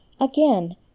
Again